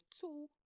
two